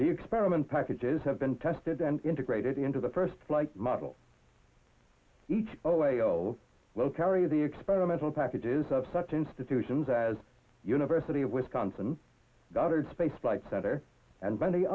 the experiment packages have been tested and integrated into the first flight model all whales will carry the experimental packages of such institutions as university of wisconsin goddard space flight center and many othe